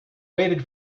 waited